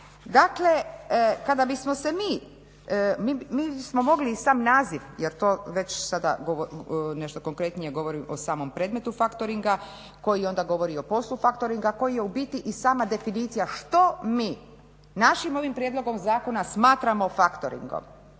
Dakle kada bismo se mi, mi smo mogli i sam naziv jer to već sada nešto konkretnije govori o samom predmetu factoringa koji onda govori o poslu factoringa, koji je u biti i sama definicija što mi našim ovim prijedlogom zakona smatramo factoringom.